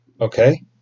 Okay